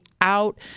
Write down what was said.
out